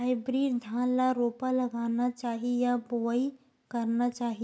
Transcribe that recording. Hybrid धान ल रोपा लगाना चाही या बोआई करना चाही?